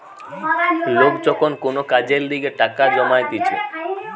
লোক যখন কোন কাজের লিগে টাকা জমাইতিছে